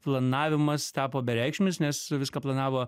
planavimas tapo bereikšmis nes viską planavo